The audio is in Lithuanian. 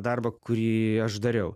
darbą kurį aš dariau